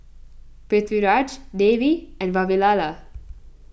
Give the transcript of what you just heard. Pritiviraj Devi and Vavilala